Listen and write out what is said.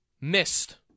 missed